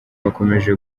bakomeje